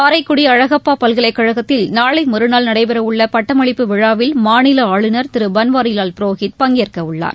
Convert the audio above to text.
காரைக்குடி அழகப்பா பல்கலைக் கழகத்தில் நாளை மறநாள் நடைபெறவுள்ள பட்டமளிப்பு விழாவில் மாநில ஆளுநர் திரு பன்வாரிவால் புரோஹித் பங்கேற்கவுள்ளார்